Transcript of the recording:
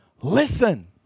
listen